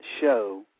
show